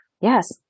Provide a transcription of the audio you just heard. Yes